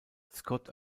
scott